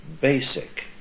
basic